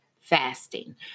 fasting